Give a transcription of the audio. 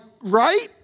right